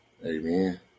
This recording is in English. Amen